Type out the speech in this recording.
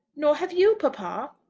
nor have you, papa.